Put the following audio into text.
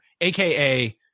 aka